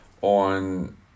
on